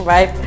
Right